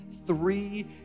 Three